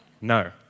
No